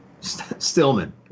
Stillman